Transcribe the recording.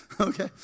Okay